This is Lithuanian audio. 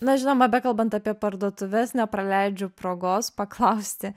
na žinoma bekalbant apie parduotuves nepraleidžiu progos paklausti